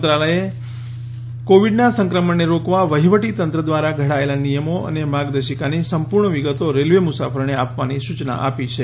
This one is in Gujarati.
મંત્રાલયે કોવિડનાં સંક્રમણને રોકવા વહિવટીતંત્ર દ્રારા ઘડાયેલાં નિયમો અને માર્ગદર્શિકાની સંપૂર્ણ વિગતો રેલ્વે મુસાફરોને આપવાની સૂચનાં આપી છે